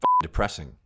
depressing